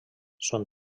són